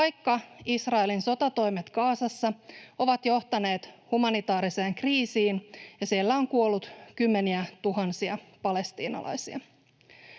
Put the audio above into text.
vaikka Israelin sotatoimet Gazassa ovat johtaneet humanitaariseen kriisiin ja siellä on kuollut kymmeniä tuhansia palestiinalaisia.